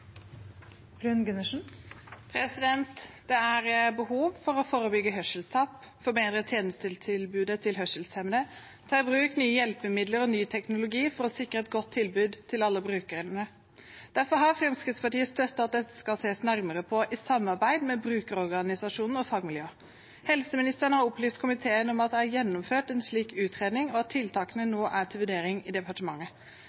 behov for å forebygge hørselstap, forbedre tjenestetilbudet til hørselshemmede og ta i bruk nye hjelpemidler og ny teknologi for å sikre et godt tilbud til alle brukere. Derfor har Fremskrittspartiet støttet at dette skal ses nærmere på, i samarbeid med brukerorganisasjonen og fagmiljøet. Helseministeren har opplyst komiteen om at det er gjennomført en slik utredning, og at tiltakene